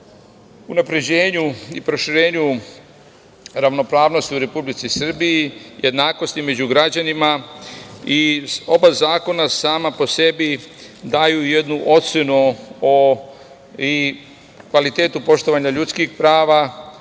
unapređenju i proširenju ravnopravnosti u Republici Srbiji, jednakosti među građanima. Oba zakona sama po sebi daju jednu ocenu o kvalitetu poštovanja ljudskih prava,